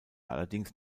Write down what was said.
allerdings